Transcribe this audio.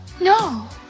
No